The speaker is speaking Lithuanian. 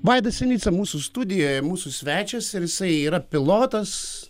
vaidas sinica mūsų studijoje mūsų svečias ir jisai yra pilotas